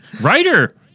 writer